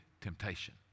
temptation